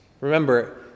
Remember